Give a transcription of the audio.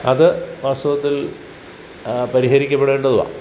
അത് വാസ്തവത്തിൽ പരിഹരിക്കപ്പെടേണ്ടതുമാണ്